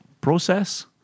process